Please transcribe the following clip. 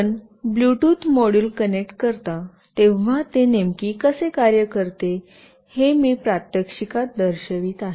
आपण bluetooth module connect करता तेव्हा ते नेमके कसे कार्य करते हे मी प्रात्यक्षिकात दर्शवित आहे